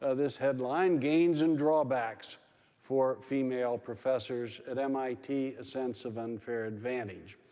ah this headline gains and drawbacks for female professors at mit, a sense of unfair advantage.